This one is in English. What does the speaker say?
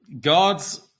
God's